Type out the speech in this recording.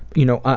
you know, ah